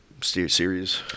series